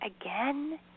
again